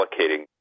allocating